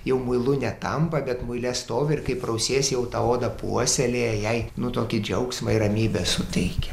jau muilu netampa bet muile stovi ir kai prausiesi jau tą odą puoselėja jai nu tokį džiaugsmą ir ramybę suteikia